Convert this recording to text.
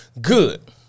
Good